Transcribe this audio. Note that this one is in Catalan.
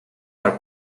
del